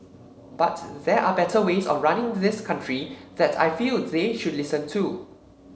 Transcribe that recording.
but there are better ways of running this country that I feel they should listen to